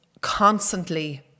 constantly